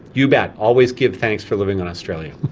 you bet, always give thanks for living in australia.